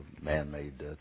man-made